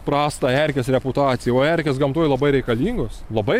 prastą erkės reputaciją o erkės gamtoj labai reikalingos labai